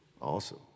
Awesome